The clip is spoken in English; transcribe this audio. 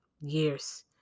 years